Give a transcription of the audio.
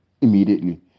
immediately